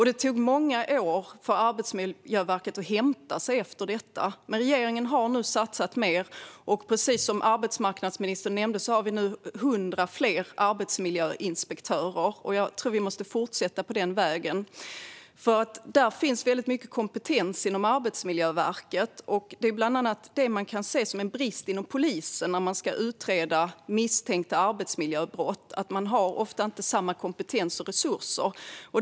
Det tog många år för Arbetsmiljöverket att hämta sig efter detta. Regeringen har nu satsat mer. Precis som arbetsmarknadsministern nämnde finns nu 100 fler arbetsmiljöinspektörer, och vi måste fortsätta på den vägen. Det finns mycket kompetens inom Arbetsmiljöverket. Det som kan ses som en brist inom polisen vid utredningar av misstänkta arbetsmiljöbrott är att där ofta inte finns samma kompetens och resurser.